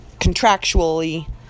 contractually